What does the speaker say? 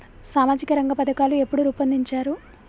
సామాజిక రంగ పథకాలు ఎప్పుడు రూపొందించారు?